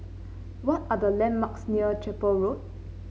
what are the landmarks near Chapel Road